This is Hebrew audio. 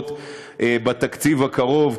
חשובות בתקציב הקרוב,